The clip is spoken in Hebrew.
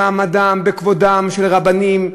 במעמדם, בכבודם של רבנים,